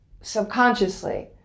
subconsciously